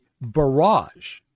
barrage